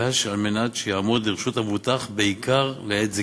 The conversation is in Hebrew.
כדי שיעמוד לרשות המבוטח בעיקר לעת זיקנה.